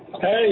Hey